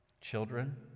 Children